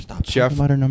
Jeff